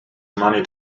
money